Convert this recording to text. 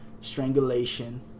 strangulation